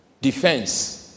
defense